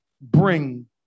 bring